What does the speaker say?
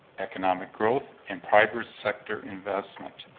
economic growth and private sector investment.